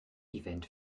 event